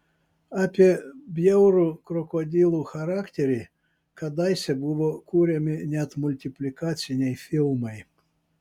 apie bjaurų krokodilų charakterį kadaise buvo kuriami net multiplikaciniai filmai